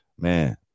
Man